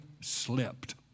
slipped